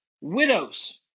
widows